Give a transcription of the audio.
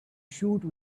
shoot